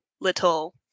little